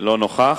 לא נוכח.